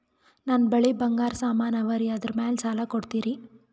ನನ್ನ ಬಳಿ ಬಂಗಾರ ಸಾಮಾನ ಅವರಿ ಅದರ ಮ್ಯಾಲ ಸಾಲ ಕೊಡ್ತೀರಿ?